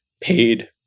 paid